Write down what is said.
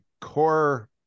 core